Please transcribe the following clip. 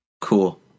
Cool